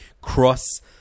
cross